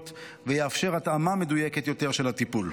ויאפשר התאמה מדויקת יותר של הטיפול.